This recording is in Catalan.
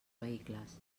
vehicles